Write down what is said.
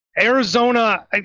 Arizona